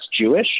Jewish